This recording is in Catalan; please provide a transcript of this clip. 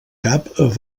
cap